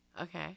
Okay